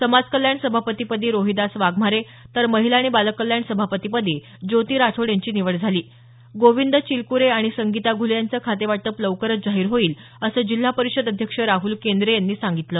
समाज कल्याण सभापतीपदी रोहिदास वाघमारे तर महिला आणि बालकल्याण सभापती पदी ज्योती राठोड यांची निवड झाली असून गोविंद चिलकूरे आणि संगिता घुले यांचं खातेवाटप लवकरच जाहीर होईल असं जिल्हा परिषद अध्यक्ष राहल केंद्रे यांनी सांगितलं